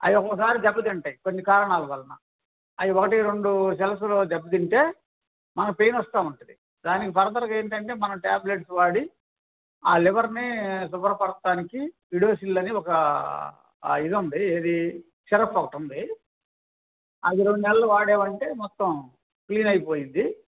అవి ఒకొక్కసారి దెబ్బ తింటాయి కొన్ని కారణాల వలన అవి ఒకటి రెండు సెల్స్లో దెబ్బ తింటే మనం పెయిన్ వస్తూ ఉంటుంది దానికి ఫర్దర్గా ఏంటంటే మనం ట్యాబ్లెట్స్ వాడి ఆ లివర్ని శుభ్రపరచడానికి లిడోసిల్ అని ఒక ఇదుంది ఏది సిరప్ ఒకటుంది అది రెండు నెలలు వాడావంటే మొత్తం క్లీన్ అయిపోతుంది